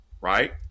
Right